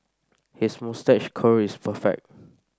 his moustache curl is perfect